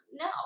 No